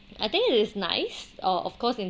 I think it is nice or of course in